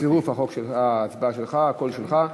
בעד, 23, בצירוף ההצבעה שלך, הקול שלך.